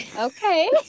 Okay